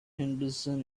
henderson